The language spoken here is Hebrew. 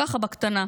ככה בקטנה,